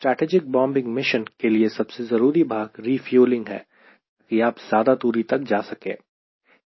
strategic bombing mission के लिए सबसे जरूरी भाग रिफ्यूलिंग है ताकि आप ज्यादा दूरी तक जा सके